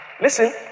Listen